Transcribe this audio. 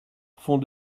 fond